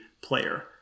player